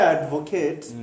advocate